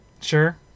Sure